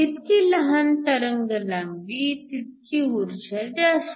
जितकी लहान तरंगलांबी तितकी ऊर्जा जास्त